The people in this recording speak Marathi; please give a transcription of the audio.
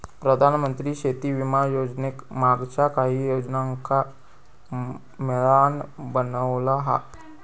प्रधानमंत्री शेती विमा योजनेक मागच्या काहि योजनांका मिळान बनवला हा